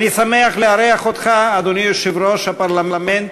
אני שמח לארח אותך, אדוני יושב-ראש הפרלמנט,